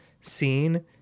scene